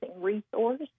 resource